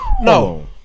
No